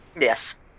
Yes